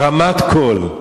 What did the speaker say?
הרמת קול.